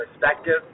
perspective